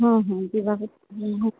ହଁ ହଁ